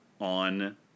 on